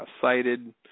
cited